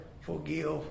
forgive